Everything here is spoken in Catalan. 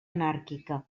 anàrquica